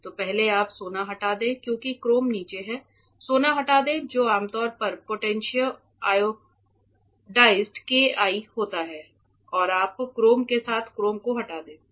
तो पहले आप सोना हटा दें क्योंकि क्रोम नीचे है सोना हटा दें जो आमतौर पर पोटेशियम आयोडाइड KI होता है और आप क्रोम के साथ क्रोम को हटा देते हैं